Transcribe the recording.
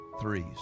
Threes